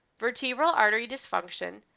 vertebral artery dysfunction,